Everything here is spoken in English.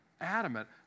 adamant